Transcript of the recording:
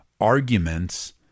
arguments